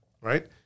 right